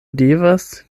devas